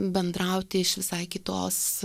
bendrauti iš visai kitos